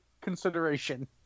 consideration